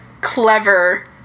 clever